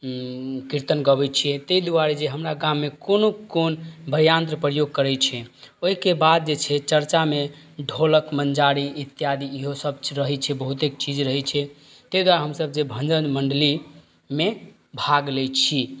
ई कीर्तन गबै छियै ताहि दुआरे जे हमरा गाममे कोनो कोन भयान्त्र प्रयोग करै छै ओहिके बाद जे छै चर्चामे ढोलक मञ्जारी इत्यादि इहो सब रहै छै बहुतेक चीज रहै छै ताहि दुआरे हमसब जे भजन मण्डलीमे भाग लै छी